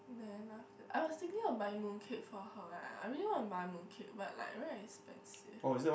then after I was thinking of buy mooncake for her eh I really want to buy mooncake but like very expensive